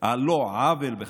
על לא עוול בכפו,